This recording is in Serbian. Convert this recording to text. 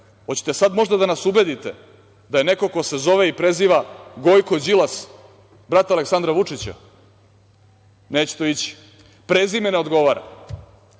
čoveka. Hoćete sada možda da nas ubedite da je neko ko se zove i preziva Gojko Đilas, brat Aleksandra Vučića? Neće to ići, prezime ne odgovara,